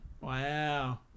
Wow